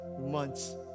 months